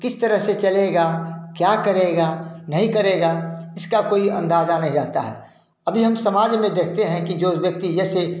किस तरह से चलेगा क्या करेगा नहीं करेगा इसका कोई अंदाजा नहीं रहता है अभी हम समाज में देखते हैं कि जो व्यक्ति जैसे